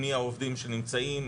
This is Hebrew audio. מי העובדים שנמצאים,